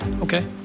Okay